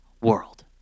world